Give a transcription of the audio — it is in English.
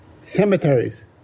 cemeteries